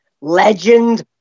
legend